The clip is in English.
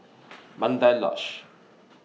Mandai Lodge